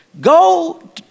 Go